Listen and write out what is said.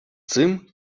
цим